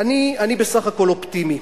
אני בסך הכול אופטימי.